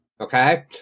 Okay